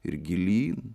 ir gilyn